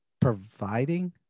providing